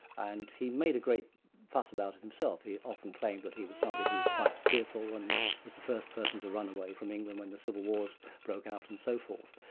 and he made a great fuss about it himself he often claimed that he was somebody who was quite fearful and was the first person to run away from england when the civil wars broke out and so forth.